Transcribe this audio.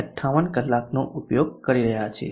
58 કલાકનો ઉપયોગ કરી રહ્યા છીએ